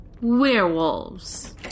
werewolves